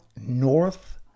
north